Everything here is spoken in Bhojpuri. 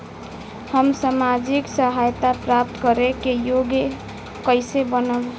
हम सामाजिक सहायता प्राप्त करे के योग्य कइसे बनब?